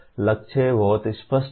लक्ष्य बहुत स्पष्ट है